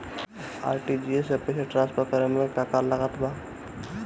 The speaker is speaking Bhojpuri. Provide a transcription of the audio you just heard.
आर.टी.जी.एस से पईसा तराँसफर करे मे का का लागत बा?